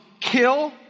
kill